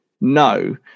No